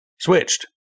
switched